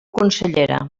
consellera